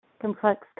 complex